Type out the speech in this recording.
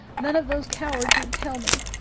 none of those cowards would tell me.